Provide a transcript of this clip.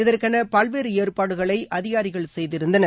இதற்கென பல்வேறு ஏற்பாடுகளை அதிகாரிகள் செய்திருந்தனர்